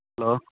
hello